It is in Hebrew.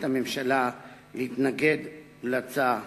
החליטה הממשלה להתנגד להצעה.